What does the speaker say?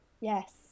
yes